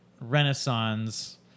renaissance